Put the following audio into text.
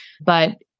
But-